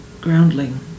Groundling